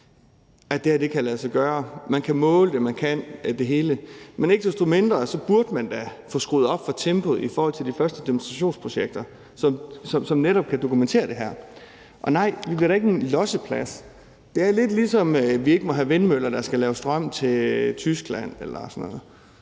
at det her kan lade sig gøre. Man kan måle det. Man kan det hele, men ikke desto mindre burde man da få skruet op for tempoet i forhold til de første demonstrationsprojekter, som netop kan dokumentere det her. Og nej, vi bliver da ikke en losseplads. Det er lidt ligesom, at vi ikke må have vindmøller, der skal lave strøm til Tyskland eller sådan noget.